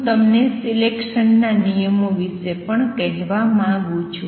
હું તમને સિલેકસન ના નિયમો વિશે પણ કહેવા માંગું છું